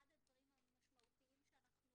אחד הדברים המשמעותיים שאנחנו